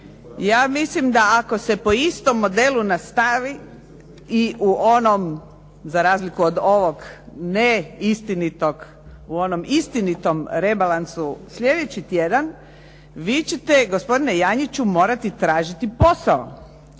Ja mislim da ako se po istom modelu nastavi i u onom za razliku od ovog neistinitog u onom istinitom rebalansu slijedeći tjedan vi ćete gospodine Janjiću morati tražiti posao